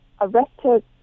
arrested